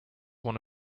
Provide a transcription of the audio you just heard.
one